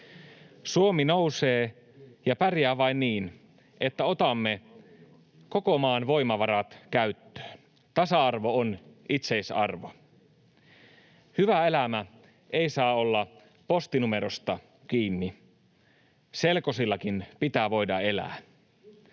Suomi nousee ja pärjää vain niin, että otamme koko maan voimavarat käyttöön. Tasa-arvo on itseisarvo. Hyvä elämä ei saa olla postinumerosta kiinni. Selkosillakin pitää voida elää,